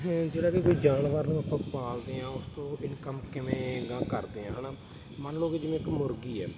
ਹਹ ਜਿਹੜਾ ਵੀ ਕੋਈ ਜਾਨਵਰ ਨੂੰ ਆਪਾਂ ਪਾਲਦੇ ਹਾਂ ਉਸ ਤੋਂ ਇਨਕਮ ਕਿਵੇਂ ਅਗਾਂਹ ਕਰਦੇ ਹਾਂ ਹੈ ਨਾ ਮੰਨ ਲਓ ਕੋਈ ਜਿਵੇਂ ਇੱਕ ਮੁਰਗੀ ਹੈ